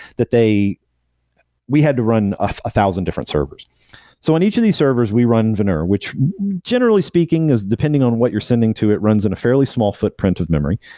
that they we had to run a thousand different servers so on each of these servers, we run veneur, which generally speaking is depending on what you're sending to it runs in a fairly small footprint of memory.